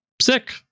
sick